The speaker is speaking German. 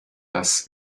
das